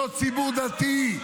אותו ציבור דתי,